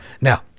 Now